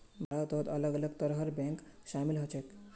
भारतत अलग अलग तरहर बैंक शामिल ह छेक